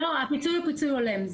לא, הפיצוי הוא פיצוי הולם.